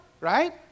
right